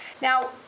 Now